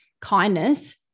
kindness